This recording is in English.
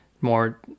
more